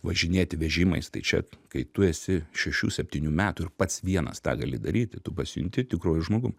važinėti vežimais tai čia kai tu esi šešių septynių metų ir pats vienas tą gali daryti tu pasijunti tikruoju žmogum